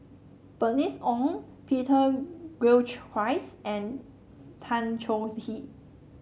Bernice Ong Peter Gilchrist and Tan Choh Tee